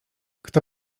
kto